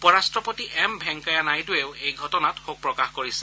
উপ ৰট্টপতি এম ভেংকায়া নাইডুৱেও এই ঘটনাত শোক প্ৰকাশ কৰিছে